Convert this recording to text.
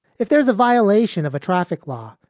if there's a violation of a traffic law,